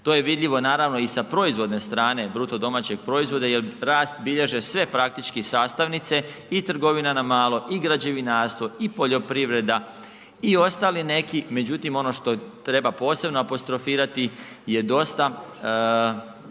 To je vidljivo naravno i sa proizvodne strane BDP-a jer rast bilježe sve praktički sastavnice i trgovina na malo i građevinarstvo i poljoprivreda i ostali neki međutim ono što treba posebno apostrofirati jer dosta